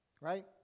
right